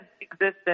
existence